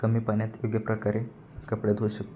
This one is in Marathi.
कमी पाण्यात योग्यप्रकारे कपडे धुवू शकतो